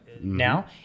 now